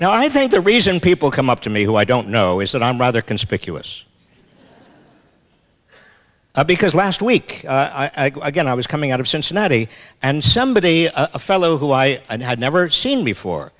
now i think the reason people come up to me who i don't know is that i'm rather conspicuous because last week again i was coming out of cincinnati and somebody a fellow who i had never seen before